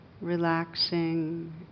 relaxing